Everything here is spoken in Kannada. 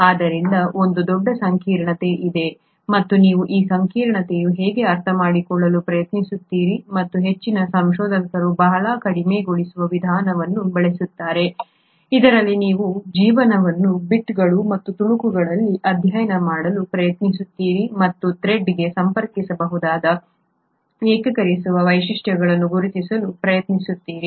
ಆದ್ದರಿಂದ ಒಂದು ದೊಡ್ಡ ಸಂಕೀರ್ಣತೆ ಇದೆ ಮತ್ತು ನೀವು ಈ ಸಂಕೀರ್ಣತೆಯನ್ನು ಹೇಗೆ ಅರ್ಥಮಾಡಿಕೊಳ್ಳಲು ಪ್ರಯತ್ನಿಸುತ್ತೀರಿ ಮತ್ತು ಹೆಚ್ಚಿನ ಸಂಶೋಧಕರು ಬಹಳ ಕಡಿಮೆಗೊಳಿಸುವ ವಿಧಾನವನ್ನು ಬಳಸುತ್ತಾರೆ ಇದರಲ್ಲಿ ನೀವು ಜೀವನವನ್ನು ಬಿಟ್ಗಳು ಮತ್ತು ತುಣುಕುಗಳಲ್ಲಿ ಅಧ್ಯಯನ ಮಾಡಲು ಪ್ರಯತ್ನಿಸುತ್ತೀರಿ ಮತ್ತು ಈ ಥ್ರೆಡ್ಗೆ ಸಂಪರ್ಕಿಸಬಹುದಾದ ಏಕೀಕರಿಸುವ ವೈಶಿಷ್ಟ್ಯಗಳನ್ನು ಗುರುತಿಸಲು ಪ್ರಯತ್ನಿಸುತ್ತೀರಿ